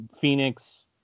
Phoenix